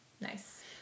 Nice